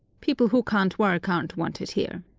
people who can't work aren't wanted here.